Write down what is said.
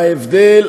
באמת,